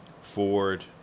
Ford